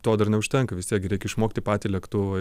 to dar neužtenka vis tiek reikia išmokti patį lėktuvą